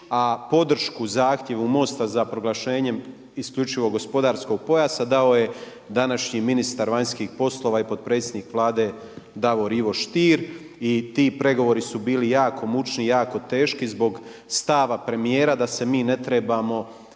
a podršku zahtjevu MOST-a za proglašenjem isključivo gospodarskog pojasa dao je današnji ministar vanjskih poslova i potpredsjednik Vlade Davor Ivo Stier. I ti pregovori su bili jako mučni i jako teški zbog stava premijera da mi ne trebamo